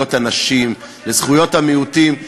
לזכויות הנשים, לזכויות המיעוטים.